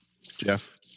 Jeff